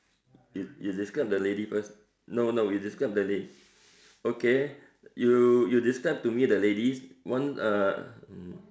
you you describe the lady first no no you describe the la~ okay you you describe to me the ladies one uh mm